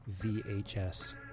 VHS